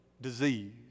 disease